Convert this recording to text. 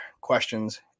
questions